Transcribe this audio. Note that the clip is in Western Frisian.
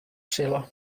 sille